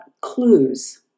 clues